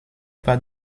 pas